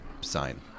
sign